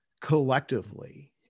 collectively